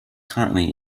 currently